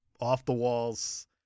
off-the-walls